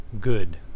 good